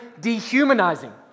dehumanizing